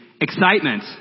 excitement